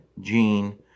Gene